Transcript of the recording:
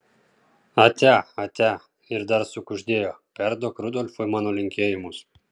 atia atia ir dar sukuždėjo perduok rudolfui mano linkėjimus